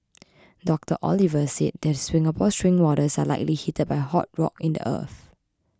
Doctor Oliver said the Singapore spring waters are likely heated by hot rock in the earth